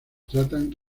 tratan